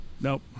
Nope